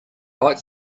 like